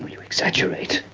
you exaggerate.